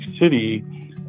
City